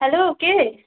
hello কে